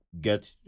get